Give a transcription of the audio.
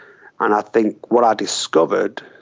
and i think what i discovered,